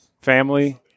family